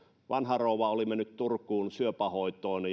vanha rouva oli mennyt turkuun syöpähoitoon